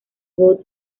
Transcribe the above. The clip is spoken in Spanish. road